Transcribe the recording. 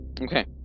okay